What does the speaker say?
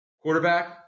Quarterback